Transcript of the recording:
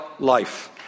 Life